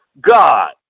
God